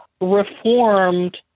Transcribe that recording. reformed